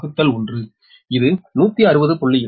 6621 இது 160